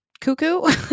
cuckoo